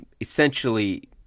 essentially